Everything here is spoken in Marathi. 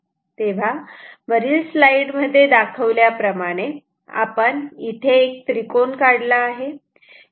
तेव्हा स्लाइड मध्ये दाखविल्याप्रमाणे आपण इथे एक त्रिकोण काढला आहे